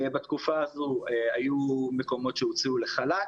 בתקופה הזו היו מקומות שהוציאו לחל"ת,